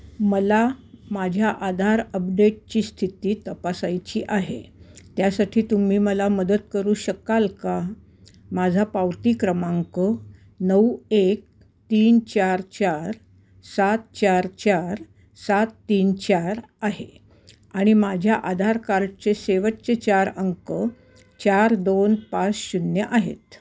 मला माझ्या आधार अपडेटची स्थिती तपासायची आहे त्यासाठी तुम्ही मला मदत करू शकाल का माझा पावती क्रमांक नऊ एक तीन चार चार सात चार चार सात तीन चार आहे आणि माझ्या आधार कार्डचे शेवटचे चार अंक चार दोन पाच शून्य आहेत